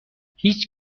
هیچ